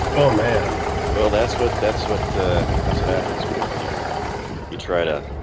oh man well, that's what that's what that's what happens when when you you try to